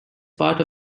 part